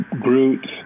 Groot